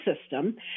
system